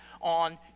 on